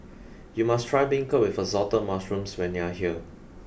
you must try Beancurd with Assorted Mushrooms when you are here